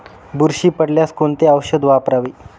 बुरशी पडल्यास कोणते औषध वापरावे?